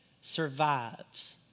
survives